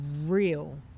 real